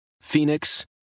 Phoenix